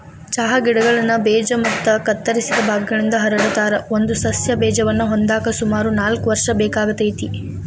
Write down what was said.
ಚಹಾ ಗಿಡಗಳನ್ನ ಬೇಜ ಮತ್ತ ಕತ್ತರಿಸಿದ ಭಾಗಗಳಿಂದ ಹರಡತಾರ, ಒಂದು ಸಸ್ಯ ಬೇಜವನ್ನ ಹೊಂದಾಕ ಸುಮಾರು ನಾಲ್ಕ್ ವರ್ಷ ಬೇಕಾಗತೇತಿ